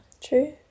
True